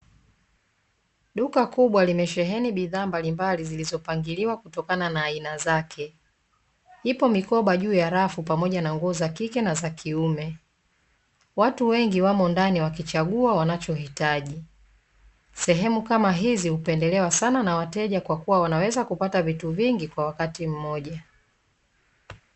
Duka kubwa limesheheni bidhaa mbalimbali zilizopangiliwa kutokana na aina zake. Ipo mikoba juu ya rafu pamoja na nguo za kike na za kiume. Watu wengi wamo ndani wakichagua wanachohitaji. Sehemu kama hizi hupendelewa sana na wateja kwa kuwa wanaweza kupata vitu vingi kwa wakati mmoja.